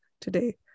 today